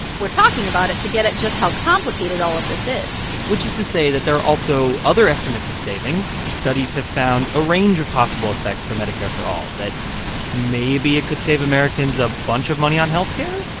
we're talking about it to get at just how complicated all of this is which is to say that there are also other estimates of savings. studies have found a range of possible effects for medicare for all that maybe it could save americans a bunch of money on health care,